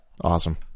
Awesome